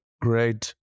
great